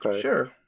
Sure